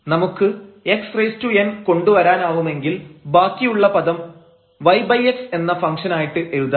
നമുക്ക് xn കൊണ്ടുവരാനാവുമെങ്കിൽ ബാക്കിയുള്ള പദം yx എന്ന ഫംഗ്ഷനായിട്ട് എഴുതാം